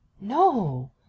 No